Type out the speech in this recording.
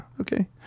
okay